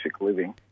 living